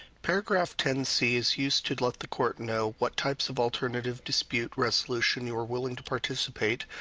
paragraph ten c is used to let the court know what types of alternative dispute resolution you are willing to participate,